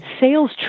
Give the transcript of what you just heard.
Sales